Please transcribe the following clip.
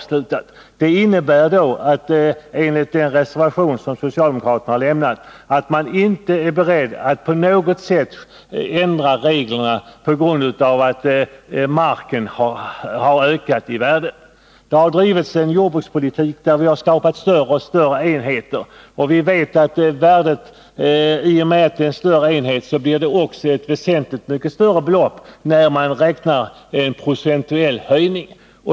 Socialdemokraternas reservation innebär att de inte på något sätt är beredda att ändra reglerna, trots att marken har ökat i värde. Det har förts en jordbrukspolitik som gjort att enheterna har blivit större och större, och vi vet att detta betyder att det blir avsevärt större belopp när man räknar med procentuell höjning.